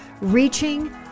reaching